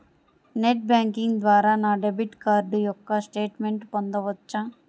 Net banking ద్వారా నా debit card యొక్క స్టేట్మెంట్ పొందవచ్చా?